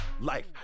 life